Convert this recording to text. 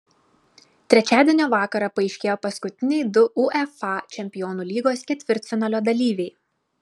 trečiadienio vakarą paaiškėjo paskutiniai du uefa čempionų lygos ketvirtfinalio dalyviai